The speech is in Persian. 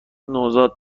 نوزاد